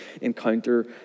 encounter